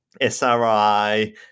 SRI